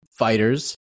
fighters